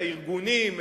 ארגונים,